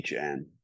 HN